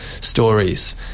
stories